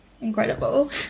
incredible